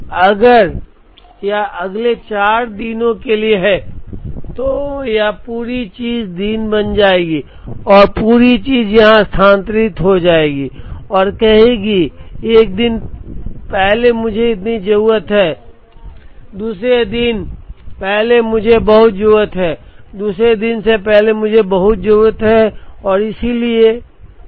इसलिए अगर यह अगले 4 दिनों के लिए है तो यह पूरी चीज दिन बन जाएगी और पूरी चीज यहां स्थानांतरित हो जाएगी और कहेगी एक दिन पहले मुझे इतनी जरूरत है दूसरे दिन से पहले मुझे बहुत जरूरत है दूसरे दिन से पहले मुझे बहुत ज़रूरत है और इसलिए पर